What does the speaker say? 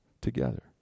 together